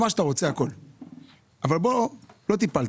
מה שאתה רוצה אבל בו לא טיפלת.